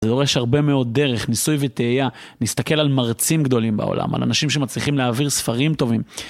זה דורש הרבה מאוד דרך, ניסוי וטעייה, נסתכל על מרצים גדולים בעולם, על אנשים שמצליחים להעביר ספרים טובים.